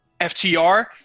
ftr